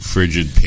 Frigid